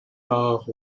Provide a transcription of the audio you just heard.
nord